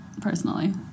personally